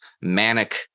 manic